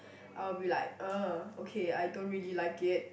I'll be like okay I don't really like it